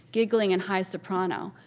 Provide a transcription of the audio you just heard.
giggling in high soprano,